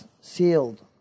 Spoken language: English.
Sealed